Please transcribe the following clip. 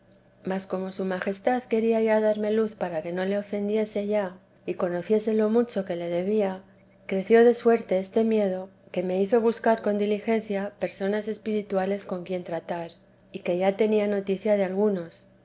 mas como su majestad quería ya darme luz para que no le ofendiese ya y conociese lo mucho que le debía creció de suerte este miedo que me hizo buscar con diligencia personas espirituales con quien tratar y que ya tenía noticia de algunos